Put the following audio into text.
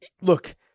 look